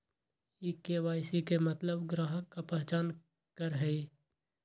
KYC के मतलब ग्राहक का पहचान करहई?